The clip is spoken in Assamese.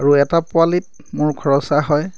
আৰু এটা পোৱালিত মোৰ খৰচ হয়